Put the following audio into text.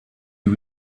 you